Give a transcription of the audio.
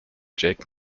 jake